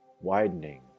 widening